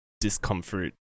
discomfort